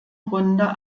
runde